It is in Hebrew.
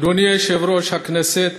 אדוני יושב-ראש הכנסת,